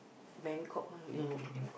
Bangkok lah you